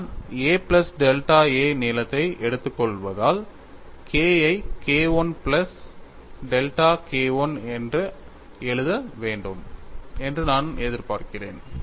நான் a plus delta a நீளத்தை எடுத்துக் கொள்வதால் K I K I plus delta K I என எழுத வேண்டும் என்று நான் எதிர்பார்க்கிறேன்